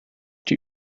die